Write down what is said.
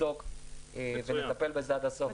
נבדוק ונטפל בזה עד הסוף.